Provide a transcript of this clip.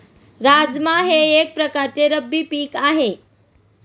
राजमा हे एक प्रकारचे रब्बी पीक आहे